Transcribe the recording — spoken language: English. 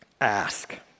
ask